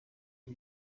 byo